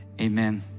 amen